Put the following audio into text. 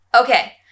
Okay